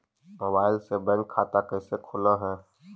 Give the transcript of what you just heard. Mobile से bank खाता कैसे खुल है?